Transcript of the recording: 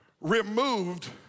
removed